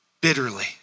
bitterly